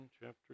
chapter